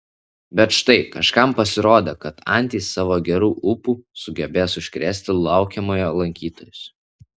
bet štai kažkam pasirodė kad antys savo geru ūpu sugebės užkrėsti laukiamojo lankytojus